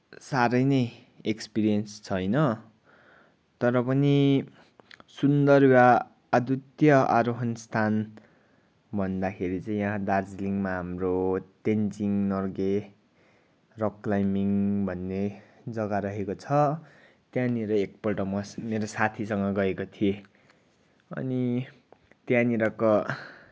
साह्रै नै एक्सपिरियन्स छैन तर पनि सुन्दर या आदित्य आरोहण स्थान भन्दाखेरि चाहिँ यहाँ दार्जिलिङमा हाम्रो तेन्जिङ नोर्गे रक क्लाइम्बिङ भन्ने जग्गा रहेको छ त्यहाँनिर एकपल्ट म मेरो साथीसँग गएको थिएँ अनि त्यहाँनिरको